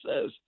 says